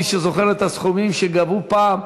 מי שזוכר את הסכומים שגבו פעם,